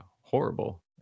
horrible